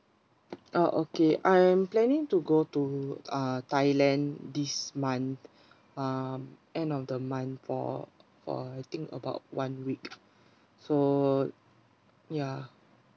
oh okay I am planning to go to uh thailand this month um end of the month for for I think about one week so ya